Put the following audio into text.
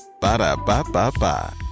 Ba-da-ba-ba-ba